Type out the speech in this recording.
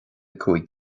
cúig